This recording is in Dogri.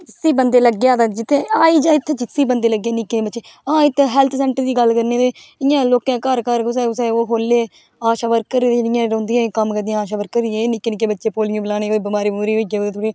जिस्सी बंदे गी लग्गी जाऽ ते जित्थै आई जाऽ इत्त जिस्सी बंदे गी लग्गी जी निक्के बच्चे गी आ इत्त हैल्थ सैंटर दी गल्ल करनें ते इ'यां लोकें घर घर कुसै कुसै ओह् खोह्ल्ले दे आशा बर्कर एह् जेह्ड़ियां रौंह्दियां कम्म करदियां आशा बर्कर जेह्ड़ी निक्के निक्के बच्चें गी पोलियो पिलानै गी कोई बमारी बमूरी होई जाऽ कुदै थोह्ड़ी